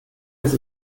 ist